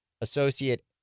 associate